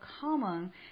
common